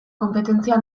konpetentzia